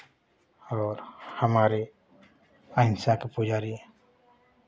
और हमारे अहिंसा के पुजारी